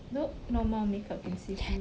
nope no more makeup can save you